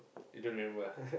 you don't remember ah